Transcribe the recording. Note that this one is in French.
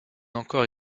encore